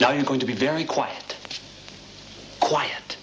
now you're going to be very quiet quiet